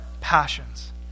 passions